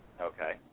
Okay